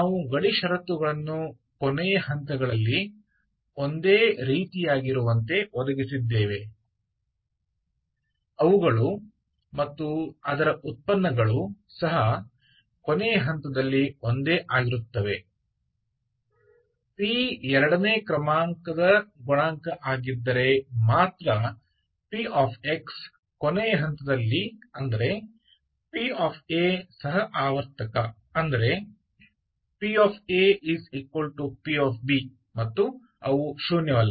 ನಾವು ಗಡಿ ಷರತ್ತುಗಳನ್ನು ಕೊನೆಯ ಹಂತಗಳಲ್ಲಿ ಒಂದೇ ರೀತಿಯಾಗಿರುವಂತೆ ಒದಗಿಸಿದ್ದೇವೆ ಅವುಗಳು ಮತ್ತು ಅದರ ವ್ಯುತ್ಪನ್ನಗಳು ಸಹ ಕೊನೆಯ ಹಂತದಲ್ಲಿ ಒಂದೇ ಆಗಿರುತ್ತವೆ p ಎರಡನೇ ಕ್ರಮಾಂಕದ ಗುಣಾಂಕ ಆಗಿದ್ದರೆ ಮಾತ್ರ p ಕೊನೆಯ ಹಂತದಲ್ಲಿ ಅಂದರೆ pa ಸಹ ಆವರ್ತಕ ಅಂದರೆ papb ಮತ್ತು ಅವು ಶೂನ್ಯವಲ್ಲ